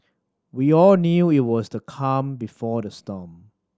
we all knew if it was the calm before the storm